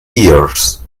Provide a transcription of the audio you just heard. ears